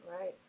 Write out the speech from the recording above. Right